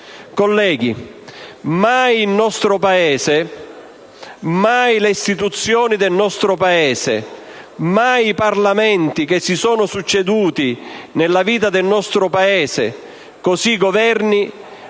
colleghi, mai il nostro Paese, mai le istituzioni del nostro Paese, mai i Parlamenti che si sono succeduti nella vita dell'Italia, e così i Governi,